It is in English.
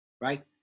Right